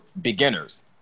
beginners